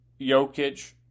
Jokic